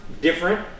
different